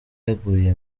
yaguye